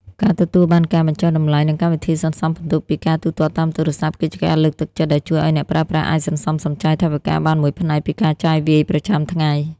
ការទទួលបានការបញ្ចុះតម្លៃ និងកម្មវិធីសន្សំពិន្ទុពីការទូទាត់តាមទូរស័ព្ទ គឺជាការលើកទឹកចិត្តដែលជួយឱ្យអ្នកប្រើប្រាស់អាចសន្សំសំចៃថវិកាបានមួយផ្នែកពីការចាយវាយប្រចាំថ្ងៃ។